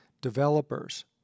Developers